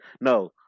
No